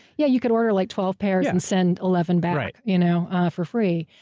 yeah. you could order like twelve pairs and send eleven back you know for free.